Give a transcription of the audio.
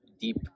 deep